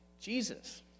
Jesus